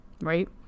right